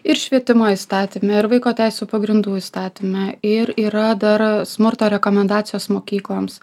ir švietimo įstatyme ir vaiko teisių pagrindų įstatyme ir yra dar smurto rekomendacijos mokykloms